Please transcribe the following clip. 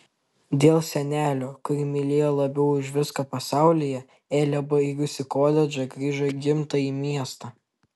dėl senelio kurį mylėjo labiau už viską pasaulyje elė baigusi koledžą grįžo į gimtąjį miestą